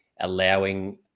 allowing